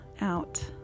out